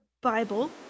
Bible